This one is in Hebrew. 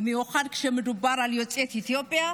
במיוחד כשמדובר על יוצאת אתיופיה,